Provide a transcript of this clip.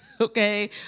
Okay